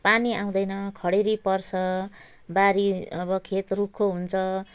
पानी आउँदैन खडेरी पर्छ बारी अब खेत रुखो हुन्छ